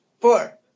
four